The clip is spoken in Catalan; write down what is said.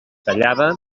tallava